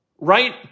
right